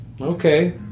Okay